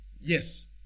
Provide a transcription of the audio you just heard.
Yes